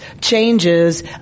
changes